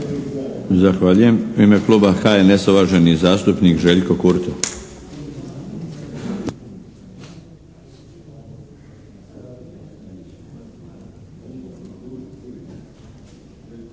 Zahvaljujem. U ime kluba HNS-a uvaženi zastupnik Željko Kurtov.